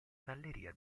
galleria